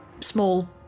small